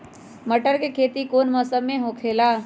मटर के खेती कौन मौसम में होखेला?